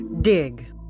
Dig